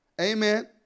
Amen